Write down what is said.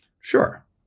sure